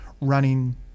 running